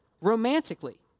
Romantically